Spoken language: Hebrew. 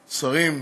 שרים,